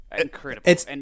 Incredible